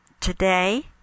today